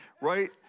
right